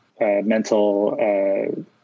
mental